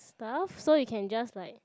stuff so you can just like